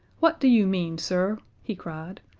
what do you mean, sir, he cried,